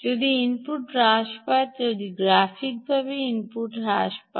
যদি ইনপুট হ্রাস পায় যদি গ্রাফিকভাবে ইনপুট হ্রাস পায়